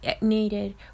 needed